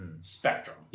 spectrum